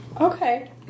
Okay